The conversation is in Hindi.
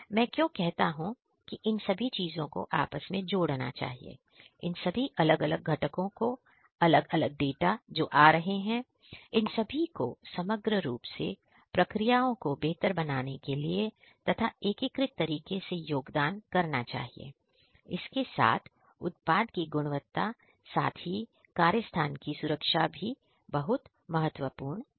मैं क्यों कहता हूं कि इन सभी चीजों को आपस में जोड़ना चाहिए इन सभी अलग अलग घटकों को अलग अलग डाटा जो आ रहे हैं इन सभी को समग्र रूप से प्रक्रियाओं को बेहतर बनाने के लिए तथा एकीकृत तरीके से योगदान करना चाहिए इसके साथ उत्पाद की गुणवत्ता साथ ही कार्य स्थान की सुरक्षा भी बहुत महत्वपूर्ण है